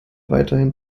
weiterhin